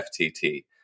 FTT